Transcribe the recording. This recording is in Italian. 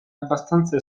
abbastanza